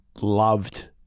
loved